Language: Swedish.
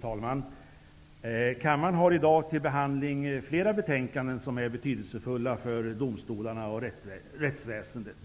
Fru talman! Kammaren har i dag uppe till behandling flera betänknaden som är betydelsefulla för domstolarna och rättsväsendet.